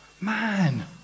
man